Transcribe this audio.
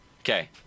Okay